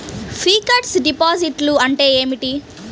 Fixed డిపాజిట్లు అంటే ఏమిటి?